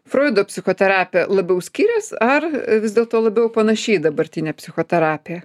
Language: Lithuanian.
froido psichoterapija labiau skirias ar vis dėlto labiau panaši į dabartinę psichoterapiją